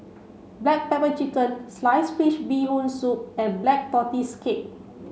black pepper chicken sliced fish bee hoon soup and black tortoise cake